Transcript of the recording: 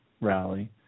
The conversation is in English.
rally